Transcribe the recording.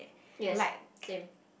yes same